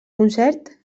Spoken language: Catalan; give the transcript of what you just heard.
concert